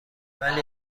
ولی